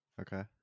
Okay